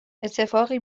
اتفاقی